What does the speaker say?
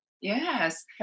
Yes